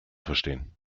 verstehen